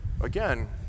again